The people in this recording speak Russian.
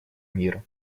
мира